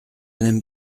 n’aime